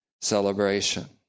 celebration